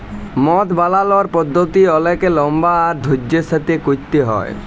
মদ বালালর পদ্ধতি অলেক লম্বা আর ধইর্যের সাথে ক্যইরতে হ্যয়